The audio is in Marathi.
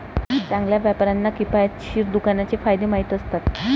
चांगल्या व्यापाऱ्यांना किफायतशीर दुकानाचे फायदे माहीत असतात